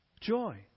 Joy